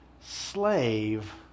slave